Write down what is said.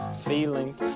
feeling